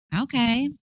okay